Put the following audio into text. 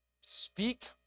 speak